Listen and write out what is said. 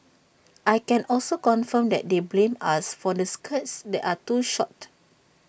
I can also confirm that they blamed us for the skirts that are too short